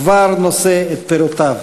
כבר נושא פירותיו.